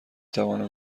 توانم